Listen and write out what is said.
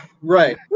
right